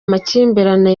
amakimbirane